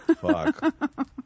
Fuck